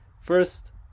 first